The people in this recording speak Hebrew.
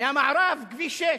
מהמערב כביש 6,